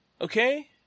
Okay